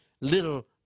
little